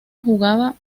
jugaba